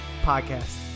Podcast